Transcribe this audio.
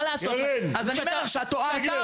מה לעשות --- אז אני אומר לך שאת טועה.